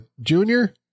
Junior